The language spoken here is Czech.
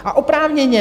A oprávněně.